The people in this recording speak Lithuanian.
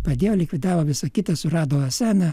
padėjo likvidavo visa kita surado oeseną